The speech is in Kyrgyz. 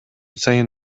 сайын